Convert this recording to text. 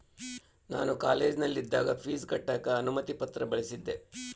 ನಾನು ಕಾಲೇಜಿನಗಿದ್ದಾಗ ಪೀಜ್ ಕಟ್ಟಕ ಅನುಮತಿ ಪತ್ರ ಬಳಿಸಿದ್ದೆ